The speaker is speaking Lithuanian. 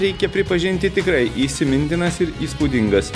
reikia pripažinti tikrai įsimintinas ir įspūdingas